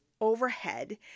overhead